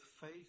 faith